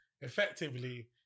effectively